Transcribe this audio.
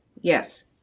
yes